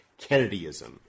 Kennedyism